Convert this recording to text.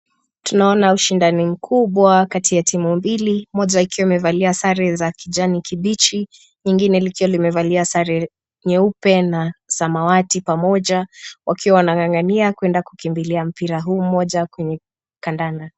Tunaona ushindani mkubwa kati ya timu mbili. Moja ikiwa imevalia sare za kijani kibichi nyingine likiwa limevalia sare nyeupe na samawati pamoja wakiwa wanang'ang'ania kupewa mpira huu mmoja kwenye kandanda.